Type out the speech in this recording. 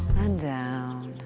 and down,